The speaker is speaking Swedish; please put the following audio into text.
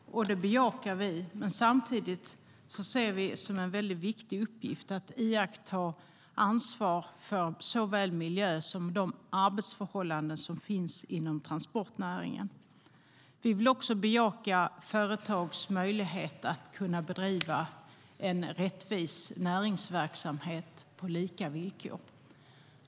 Det bejakar vi, men samtidigt ser vi det som en viktig uppgift att ta ansvar för såväl miljön som de arbetsförhållanden som finns inom transportnäringen. Vi vill också bejaka företags möjlighet att kunna bedriva en rättvis näringsverksamhet på lika villkor.